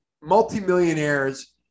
multimillionaires